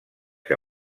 que